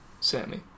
Sammy